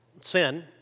sin